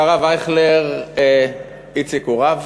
לכן, כשהרב אייכלר, איציק, הוא רב?